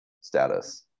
status